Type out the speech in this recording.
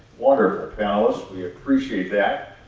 wonderful. panelists, we appreciate that.